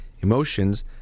emotions